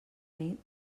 nit